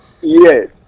Yes